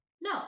No